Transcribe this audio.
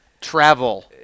Travel